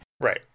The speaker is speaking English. Right